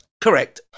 Correct